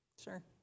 Sure